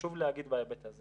חשוב להגיד בהיבט הזה